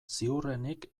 ziurrenik